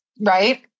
Right